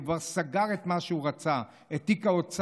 הוא כבר סגר את מה שהוא רצה, את תיק האוצר.